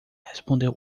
respondeu